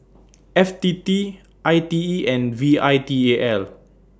F T T I T E and V I T A L